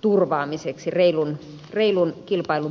turvaamiseksi